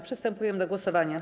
Przystępujemy do głosowania.